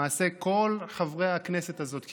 למעשה כמעט כל חברי הכנסת הזאת,